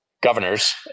Governors